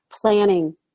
planning